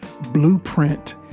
blueprint